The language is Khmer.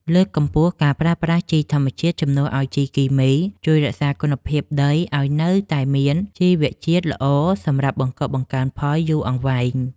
លើកកម្ពស់ការប្រើប្រាស់ជីធម្មជាតិជំនួសឱ្យជីគីមីជួយរក្សាគុណភាពដីឱ្យនៅតែមានជីវជាតិល្អសម្រាប់បង្កបង្កើនផលយូរអង្វែង។